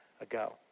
ago